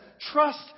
trust